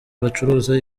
bacuruza